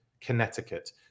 Connecticut